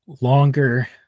longer